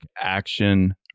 action